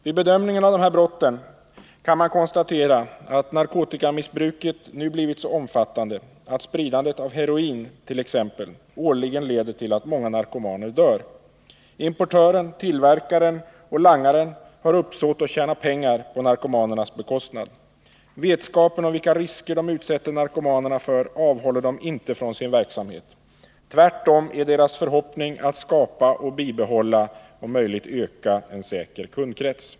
Vid bedömningen av dessa brott kan konstateras att narkotikamissbruket nu blivit så omfattande att spridandet av heroin t.ex. årligen leder till att många narkomaner dör. Importören, tillverkaren och langaren har uppsåt att tjäna pengar på narkomanernas bekostnad. Vetskapen om vilka risker de utsätter narkomanerna för avhåller dem inte från deras verksamhet. Tvärtom är deras förhoppning att skapa, bibehålla och om möjligt öka en säker kundkrets.